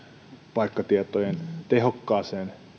paikkatietojen tehokkaaseen